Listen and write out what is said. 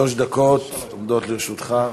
שלוש דקות עומדות לרשותך.